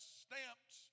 stamped